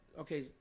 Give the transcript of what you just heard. okay